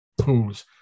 Pools